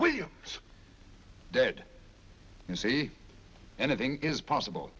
when you did you see anything is possible